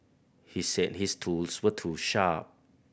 he said his tools were too sharp